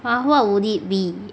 !wah! what would it be